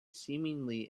seemingly